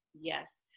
Yes